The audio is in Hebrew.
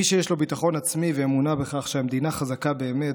מי שיש לו ביטחון עצמי ואמונה בכך שהמדינה חזקה באמת,